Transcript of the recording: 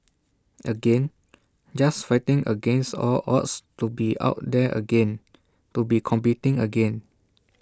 again just fighting against all odds to be out there again to be competing again